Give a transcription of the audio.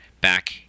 back